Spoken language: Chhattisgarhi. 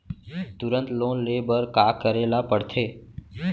तुरंत लोन ले बर का करे ला पढ़थे?